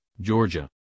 georgia